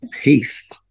Peace